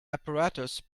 apparatus